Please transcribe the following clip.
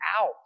out